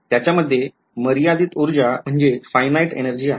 त्याच्या मध्ये मर्यादित ऊर्जा आहे